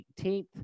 18th